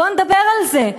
בוא נדבר על זה.